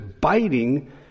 biting